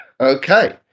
Okay